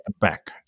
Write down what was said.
back